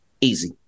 Easy